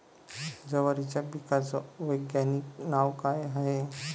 जवारीच्या पिकाचं वैधानिक नाव का हाये?